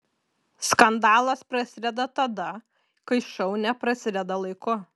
skandalas prasideda tada kai šou neprasideda laiku